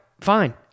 fine